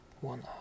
one